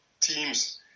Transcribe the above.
teams